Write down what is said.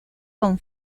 con